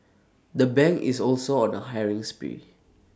the bank is also on the hiring spree